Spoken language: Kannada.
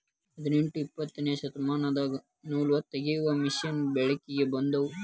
ಹದನೆಂಟ ಇಪ್ಪತ್ತನೆ ಶತಮಾನದಾಗ ನೂಲತಗಿಯು ಮಿಷನ್ ಬೆಳಕಿಗೆ ಬಂದುವ